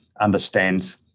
understands